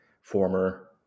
former